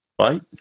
right